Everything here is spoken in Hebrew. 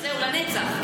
זהו, לנצח.